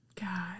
God